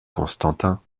constantin